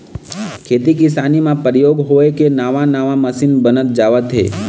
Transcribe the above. खेती किसानी म परयोग होय के नवा नवा मसीन बनत जावत हे